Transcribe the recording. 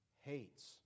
hates